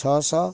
ଛଅଶହ